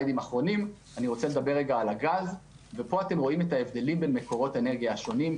פה רואים את ההבדלים בין מקורות אנרגיה השונים,